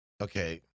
okay